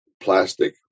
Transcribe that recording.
plastic